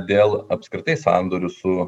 dėl apskritai sandorių su